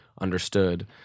understood